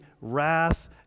wrath